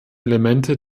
elemente